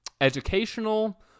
educational